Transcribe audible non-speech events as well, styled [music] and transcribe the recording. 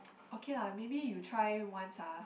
[noise] okay lah maybe you try once ah